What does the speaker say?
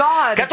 God